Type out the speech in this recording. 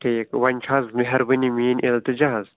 ٹھیٖک وۄنۍ چھےٚ حظ مہربٲنی میٛٲنۍ التجاء حظ